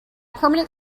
permanent